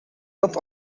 not